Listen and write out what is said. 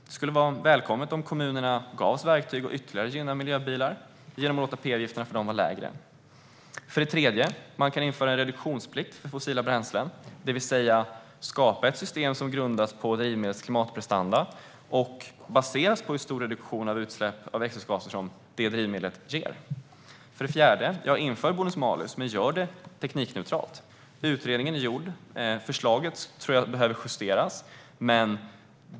Det vore välkommet om kommunerna gavs verktyg att ytterligare gynna miljöbilar genom att låta p-avgifterna för dessa vara lägre. Inför en reduktionsplikt för fossila bränslen! Man kan skapa ett system som grundas på drivmedlets klimatprestanda baserat på hur stor reduktion av utsläpp av växthusgaser som det drivmedlet ger. Inför bonus-malus men gör det teknikneutralt! Utredningen är klar, men jag tror att förslaget behöver justeras.